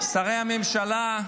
שרי הממשלה,